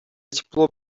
тепло